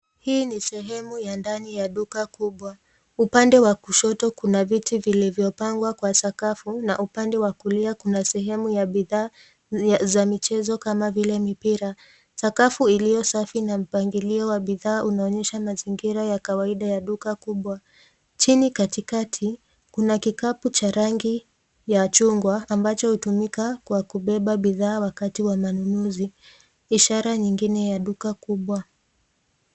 Hii ni sehemu ya ndani ya duka kubwa. Upande wa kushoto kuna viti vilivyopangwa kwa sakafu na upande wa kulia kuna sehemu ya bidhaa za michezo kama vile mipira. Sakafu iliyosafi na mpangilio wa bidhaa unaonyesha mazingira ya kawaida ya duka kubwa. Chini katikati kuna kikapu cha rangi ya chungwa ambacho hutumika kwa kubeba bidhaa wakati wa manunuzi ishara nyingine ya duka kubwa.